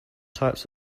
types